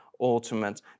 ultimate